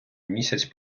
місяць